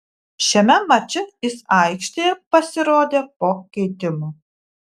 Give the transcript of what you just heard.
šiame mače jis aikštėje pasirodė po keitimo